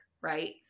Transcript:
right